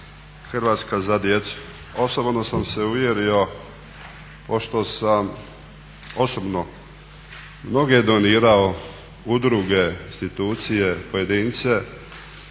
"Hrvatska za djecu". Osobno sam se uvjerio pošto sam osobno mnoge donirao udruge, institucije, pojedince